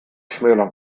schmälern